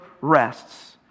rests